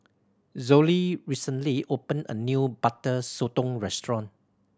Zollie recently opened a new Butter Sotong restaurant